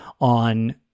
on